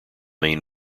main